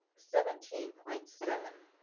seventeen point seven,